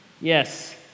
Yes